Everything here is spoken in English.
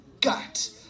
gut